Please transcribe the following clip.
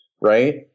right